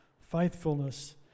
faithfulness